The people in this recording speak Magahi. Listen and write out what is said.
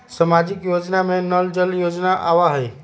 सामाजिक योजना में नल जल योजना आवहई?